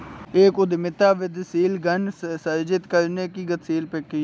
एक उद्यमिता वृद्धिशील धन सृजित करने की गतिशील प्रक्रिया है